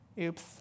Oops